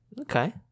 Okay